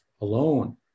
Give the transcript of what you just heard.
alone